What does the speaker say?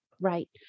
Right